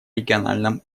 региональном